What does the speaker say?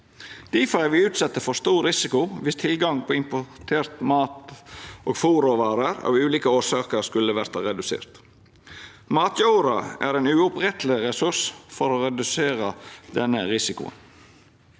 Difor er me utsette for stor risiko om tilgang på importert mat og fôrråvarer av ulike årsaker skulle verta redusert. Matjorda er ein uoppretteleg resurs for å redusera denne risikoen.